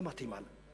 היא לא מתאימה לנו.